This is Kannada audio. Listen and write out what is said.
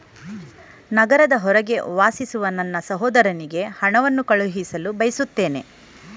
ನಗರದ ಹೊರಗೆ ವಾಸಿಸುವ ನನ್ನ ಸಹೋದರನಿಗೆ ಹಣವನ್ನು ಕಳುಹಿಸಲು ಬಯಸುತ್ತೇನೆ